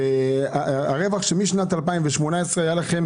היה לכם